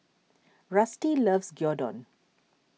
Rusty loves Gyudon